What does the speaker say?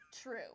true